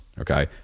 Okay